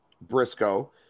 Briscoe